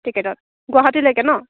টিকেটত গুৱাহাটীলৈকে নহ্